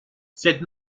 cette